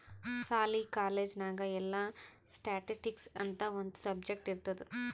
ಸಾಲಿ, ಕಾಲೇಜ್ ನಾಗ್ ಎಲ್ಲಾ ಸ್ಟ್ಯಾಟಿಸ್ಟಿಕ್ಸ್ ಅಂತ್ ಒಂದ್ ಸಬ್ಜೆಕ್ಟ್ ಇರ್ತುದ್